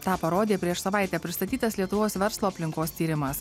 tą parodė prieš savaitę pristatytas lietuvos verslo aplinkos tyrimas